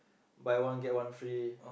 buy one get one free